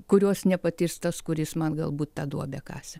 kurios nepatirs tas kuris man galbūt tą duobę kasė